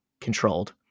controlled